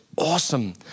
awesome